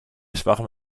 schwachem